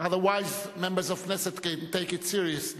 otherwise members of Knesset can take it seriously,